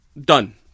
Done